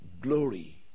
glory